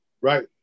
Right